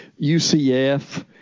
UCF